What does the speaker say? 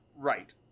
Right